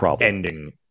ending